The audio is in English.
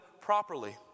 properly